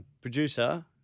producer